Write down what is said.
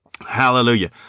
Hallelujah